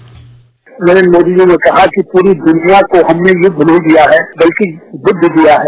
bite Narendra Modi ji ने कहा कि पूरी दुनिया को हमने युद्ध नहीं दिया है बल्कि बुद्ध दिया है